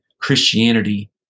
Christianity